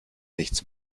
nichts